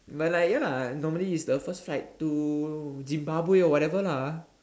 but like ya lah normally it's the first flight to Zimbabwe or whatever lah